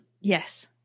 Yes